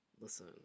Listen